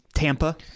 Tampa